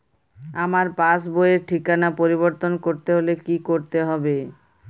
আমার পাসবই র ঠিকানা পরিবর্তন করতে হলে কী করতে হবে?